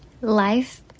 Life